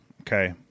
Okay